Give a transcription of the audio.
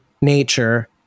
nature